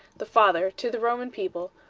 the father, to the roman people,